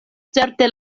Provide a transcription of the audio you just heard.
certe